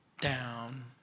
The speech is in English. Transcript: down